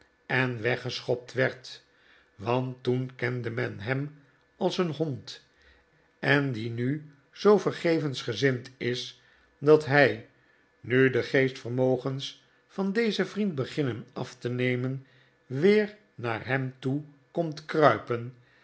en weggeschopt werd want toen kende men hem als een hond en die nu zoo vergevensgezind is dat hij nu de geestvermogens van dezen vriend beginnen af te nemen weer naar hem toe komt kruipen